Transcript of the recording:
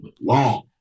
long